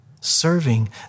Serving